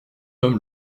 homme